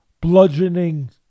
bludgeoning